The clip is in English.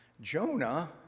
Jonah